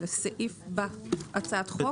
לסעיף בהצעת חוק?